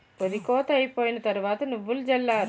ఒరి కోత అయిపోయిన తరవాత నువ్వులు జల్లారు